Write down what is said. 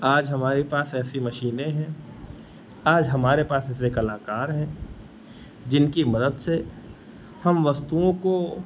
आज हमारे पास ऐसी मशीनें हैं आज हमारे पास ऐसे कलाकार हैं जिनकी मदद से हम वस्तुओं को